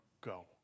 go